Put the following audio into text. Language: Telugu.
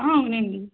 అవునండి